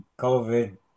COVID